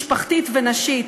משפחתית ונשית.